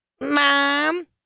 mom